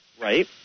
Right